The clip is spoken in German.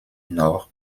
noch